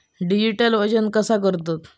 Digital वजन कसा करतत?